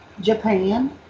japan